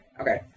Okay